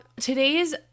today's